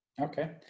Okay